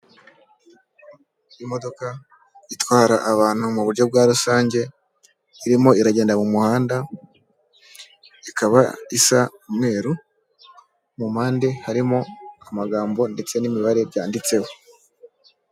Imodoka itwara abantu mu buryo bwa rusange, irimo iragenda mu muhanda, ikaba isa umweru, mu mpande harimo amagambo ndetse n'imibare byanditseho.